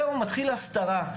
זהו, מתחילה ההסתרה.